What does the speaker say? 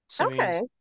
Okay